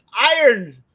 iron